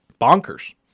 bonkers